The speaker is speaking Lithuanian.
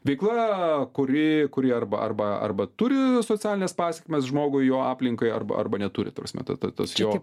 veikla kuri kurį arba arba arba turi socialines pasekmes žmogui jo aplinkai arba arba neturi ta prasme ta ta tas jo